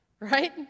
right